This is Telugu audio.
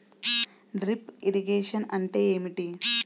డ్రిప్ ఇరిగేషన్ అంటే ఏమిటి?